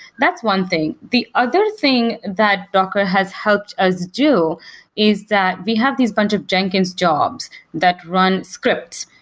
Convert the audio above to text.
that's one thing the other thing that docker has helped us do is that we have these bunch of jenkins jobs that run scripts,